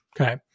Okay